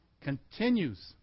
continues